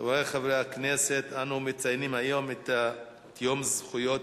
חברי חברי הכנסת, אנו מציינים היום את יום זכויות